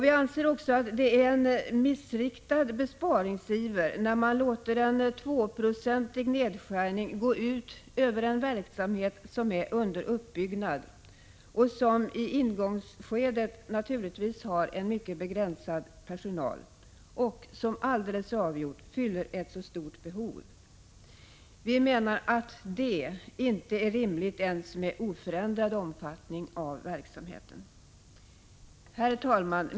Vi anser också att det är en missriktad besparingsiver när man låter en 2-procentig nedskärning gå ut över en verksamhet, som är under uppbyggnad, som i ingångsskedet naturligtvis har en mycket begränsad personal och som, alldeles avgjort, fyller ett mycket stort behov. Vi menar att det inte är rimligt ens med en oförändrad omfattning av verksamheten. Herr talman!